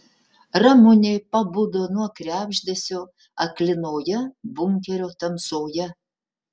ramunė pabudo nuo krebždesio aklinoje bunkerio tamsoje